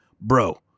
Bro